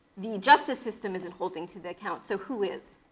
the justice system isn't holding to the account. so who is?